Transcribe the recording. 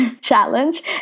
challenge